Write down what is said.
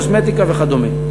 קוסמטיקה וכדומה.